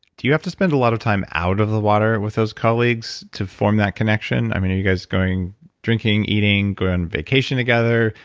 do you have to spend a lot of time out of the water with those colleagues to form that connection? i mean, are you guys going drinking, eating, going on vacation together?